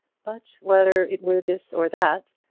but whether it were this or that,